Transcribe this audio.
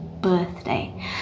birthday